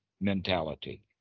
mentality